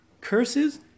curses